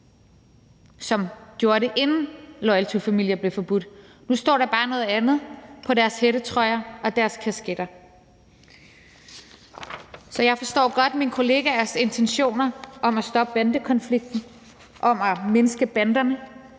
som gjorde det, inden Loyal To Familia blev forbudt. Nu står der bare noget andet på deres hættetrøjer og deres kasketter. Så jeg forstår godt mine kollegaers intentioner om at stoppe bandekonflikten, om at mindske banderne,